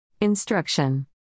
Instruction